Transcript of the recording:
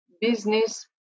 business